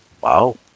Wow